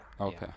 Okay